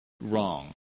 wrong